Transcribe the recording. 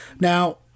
Now